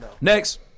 Next